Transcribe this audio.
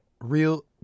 Real